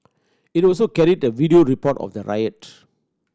it also carried a video report of the riot